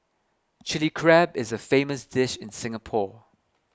Chilli Crab is a famous dish in Singapore